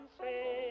say